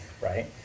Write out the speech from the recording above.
right